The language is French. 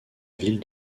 ville